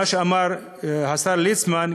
מה שאמר השר ליצמן,